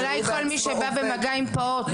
אולי כל מי שבא במגע עם פעוט.